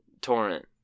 Torrent